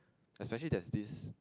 especially there is this